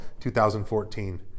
2014